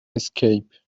escape